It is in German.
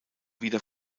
wieder